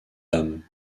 l’âme